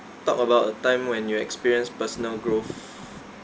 talk about a time when you experienced personal growth